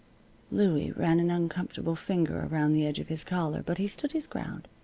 louie ran an uncomfortable finger around the edge of his collar, but he stood his ground.